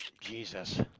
Jesus